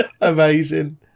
Amazing